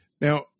Now